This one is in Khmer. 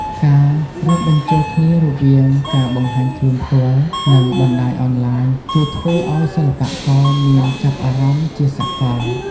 ការរួមបញ្ចូលគ្នារវាងការបង្ហាញខ្លួនផ្ទាល់ និងបណ្ដាញអនឡាញជួយធ្វើឲ្យសិល្បករមានចាប់អារម្មណ៍ជាសកល។